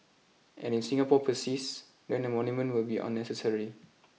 and if Singapore persists then a monument will be unnecessary